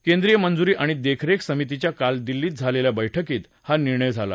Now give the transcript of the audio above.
केंद्रीय मंजुरी आणि देखरेख समितीच्या काल दिल्लीत झालेल्या बैठकीत हा निर्णय झाला